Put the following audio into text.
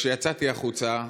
יצאתי החוצה,